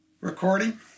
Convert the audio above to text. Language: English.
recording